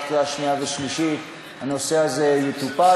קריאה שנייה ושלישית הנושא הזה יטופל,